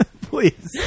Please